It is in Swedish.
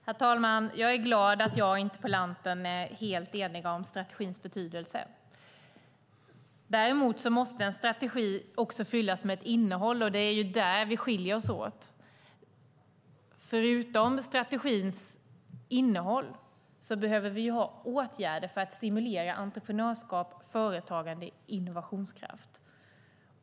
Herr talman! Jag är glad att jag och interpellanten är helt eniga om strategins betydelse. Men en strategi måste också fyllas med ett innehåll, och det är där vi skiljer oss åt. Förutom strategins innehåll behöver vi ha åtgärder för att stimulera entreprenörskap, företagande och innovationskraft.